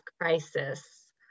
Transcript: crisis